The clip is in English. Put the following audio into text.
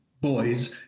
Boys